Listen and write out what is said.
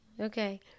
Okay